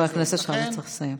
חבר הכנסת שחאדה, אתה צריך לסיים.